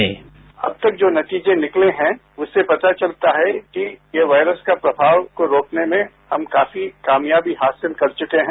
bite अब तक जो नतीजे निकले हैं उससे पता चलता है कि ये वायरस का प्रभाव रोकने में हम काफी कामयाबी हासिल कर चुके हैं